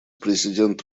президент